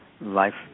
life